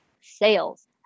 sales